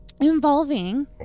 involving